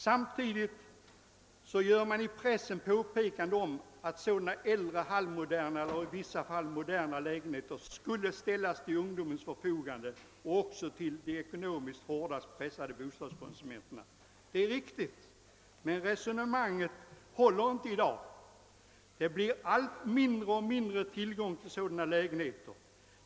Samtidigt gör man i pressen ofta påpekanden om att sådana äldre halvmoderna eller i vissa fall moderna lägenheter borde ställas till ungdomarnas och de ekonomiskt hårdast pressade bostadskonsumenternas förfogande. Det resonemanget håller inte i dag. Det blir allt mindre tillgång till sådana lägenheter.